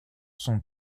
sont